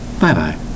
Bye-bye